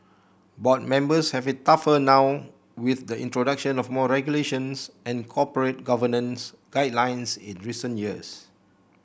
board members have it tougher now with the introduction of more regulations and corporate governance guidelines in recent years